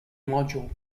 module